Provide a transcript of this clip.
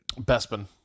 Bespin